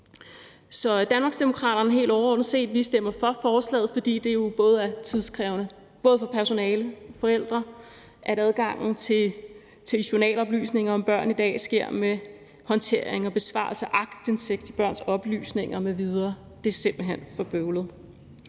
i Danmarksdemokraterne for forslaget, fordi det jo er tidskrævende for både personale og forældre, at adgangen til journaloplysninger om børn i dag sker med håndtering og besvarelse af ansøgninger om aktindsigt i børns oplysninger m.v. Det er simpelt hen for bøvlet.